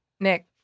Nick